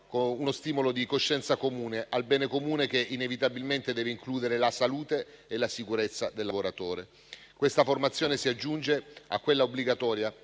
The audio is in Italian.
con uno stimolo di coscienza comune al bene comune che, inevitabilmente, deve includere la salute e la sicurezza dei lavoratori. Questa formazione si aggiunge a quella obbligatoria,